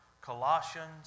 Colossians